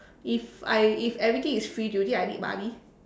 if I if everything is free do you think I need money